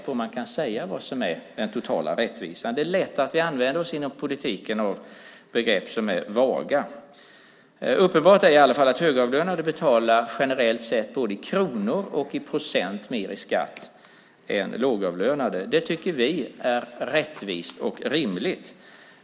Men frågan är om man kan säga vad som är den totala rättvisan. Det är lätt att vi inom politiken använder oss av begrepp som är vaga. Det är i alla fall uppenbart att högavlönade generellt sett betalar mer i skatt än lågavlönade, både i kronor och i procent. Det tycker vi är rättvist och rimligt.